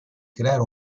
creare